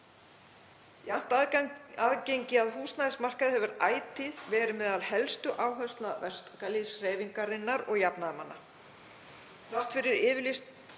það. Jafnt aðgengi að húsnæðismarkaði hefur ætíð verið meðal helstu áherslna verkalýðshreyfingarinnar og jafnaðarmanna.